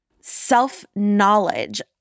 self-knowledge